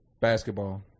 basketball